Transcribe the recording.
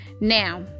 Now